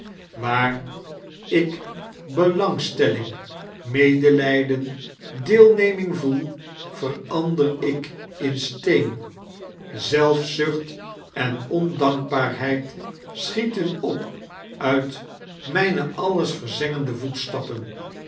waar ik belangstelling medelijden deelneming voel verander ik in steen zelfzucht en ondankbaarheid schieten op uit mijne alles verzengende voetstappen